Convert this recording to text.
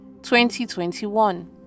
2021